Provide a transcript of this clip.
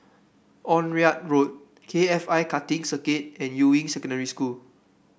Onraet Road K F I Karting Circuit and Yuying Secondary School